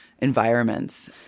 environments